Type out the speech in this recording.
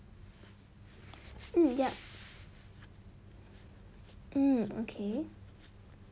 mm yup mm okay